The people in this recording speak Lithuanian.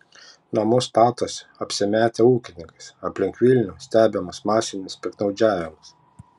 namus statosi apsimetę ūkininkais aplink vilnių stebimas masinis piktnaudžiavimas